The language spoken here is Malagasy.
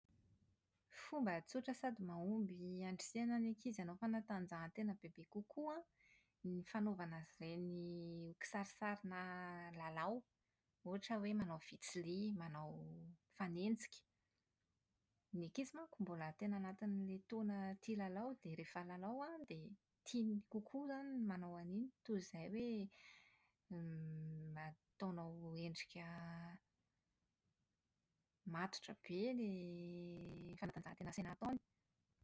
Fomba tsotra sady mahomby handrisihana ny ankizy hanao fanatanjahantena bebe kokoa an, ny fanaovana azy ireny ho kisarisarina lalao. Ohatra hoe manao vitsili, manao fanenjika. Ny ankizy manko mbola tena anatin'ilay taona tia lalao dia rehefa lalao an, dia tiany kokoa izany ny manao an'iny toy izay hoe > ataonao endrika matotra be ilay fanatanjahantena asaina ataony.